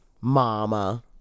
Mama